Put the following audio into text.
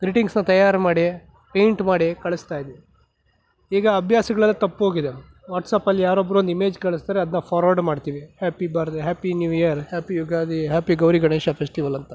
ಗ್ರೀಟಿಂಗ್ಸನ್ನ ತಯಾರು ಮಾಡಿ ಪೇಂಟ್ ಮಾಡಿ ಕಳಿಸ್ತಾಯಿದ್ವಿ ಈಗ ಅಭ್ಯಾಸಗಳೆಲ್ಲ ತಪ್ಪೋಗಿದೆ ವಾಟ್ಸಪ್ಪಲ್ಲಿ ಯಾರೋ ಒಬ್ಬರು ಒಂದು ಇಮೇಜ್ ಕಳಿಸ್ತಾರೆ ಅದನ್ನ ಫಾರ್ವರ್ಡ್ ಮಾಡ್ತೀವಿ happy birth happy new year happy Ugadi happy Gauri Ganesha festival ಅಂತ